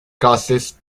causes